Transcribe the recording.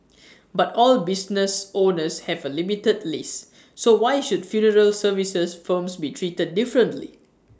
but all business owners have A limited lease so why should funeral services firms be treated differently